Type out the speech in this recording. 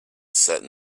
sat